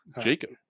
Jacob